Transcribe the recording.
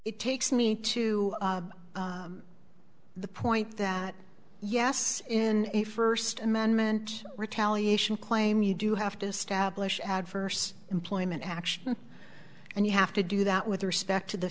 it takes me to the point that yes in a first amendment retaliation claim you do have to establish adverse employment action and you have to do that with respect to the